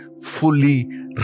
fully